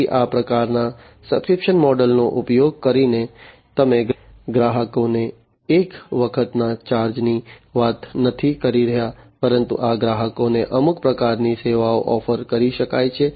તેથી આ પ્રકારના સબ્સ્ક્રિપ્શન મોડલ નો ઉપયોગ કરીને તમે ગ્રાહકોને એક વખતના ચાર્જની વાત નથી કરી રહ્યા પરંતુ આ ગ્રાહકોને અમુક પ્રકારની સેવાઓ ઓફર કરી શકાય છે